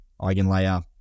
Eigenlayer